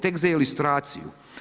Tek za ilustraciju.